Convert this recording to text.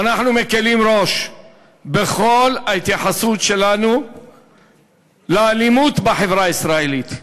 ואנחנו מקלים ראש בכל ההתייחסות שלנו לאלימות בחברה הישראלית.